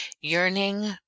yearning